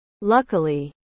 Luckily